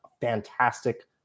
fantastic